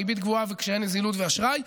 ריבית גבוהה וקשיי נזילות ואשראי,